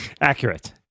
accurate